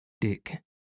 Dick